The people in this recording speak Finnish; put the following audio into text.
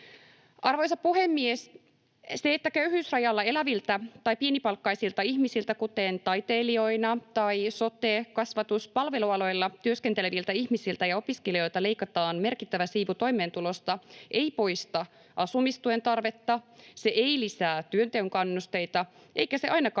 Arvoisa puhemies! Se, että köyhyysrajalla eläviltä tai pienipalkkaisilta ihmisiltä, kuten taiteilijoina tai sote-, kasvatus-, palvelualoilla työskenteleviltä ihmisiltä ja opiskelijoilta, leikataan merkittävä siivu toimeentulosta, ei poista asumistuen tarvetta, se ei lisää työnteon kannusteita eikä se ainakaan